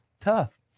tough